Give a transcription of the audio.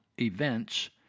events